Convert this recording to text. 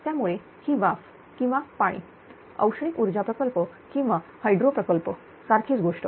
त्यामुळे ही वाफ किंवा पाणी औष्णिक ऊर्जा प्रकल्प किंवा हायड्रो प्रकल्प सारखीच गोष्ट